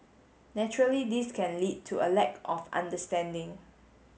naturally this can lead to a lack of understanding